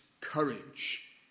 courage